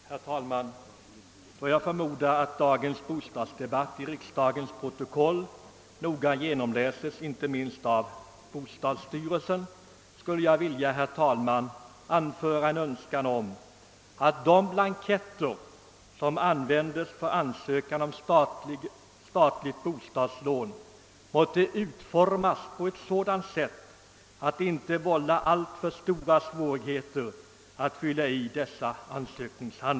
Herr talman! Då jag förmodar att dagens bostadspolitiska debatt noga genomläses i riksdagens protokoll inte minst av företrädare för bostadsstyrelsen, skulle jag vilja framföra en önskan om att de blanketter som användes för ansökan om statligt bostadslån måtte utformas på ett sådant sätt, att det inte vållar alltför stora svårigheter att fylla i dem.